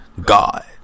God